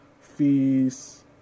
fees